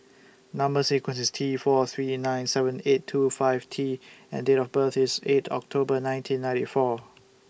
Number sequence IS T four three nine seven eight two five T and Date of birth IS eight October nineteen ninety four